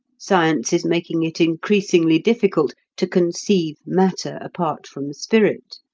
science is making it increasingly difficult to conceive matter apart from spirit.